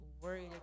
worried